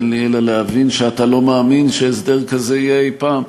אין לי אלא להבין שאתה לא מאמין שהסדר כזה יהיה אי-פעם.